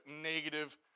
negative